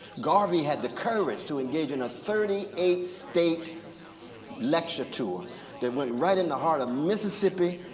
garvey had the courage to engage in a thirty eight state lecture tour that went right in the heart of mississippi,